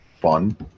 fun